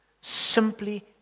Simply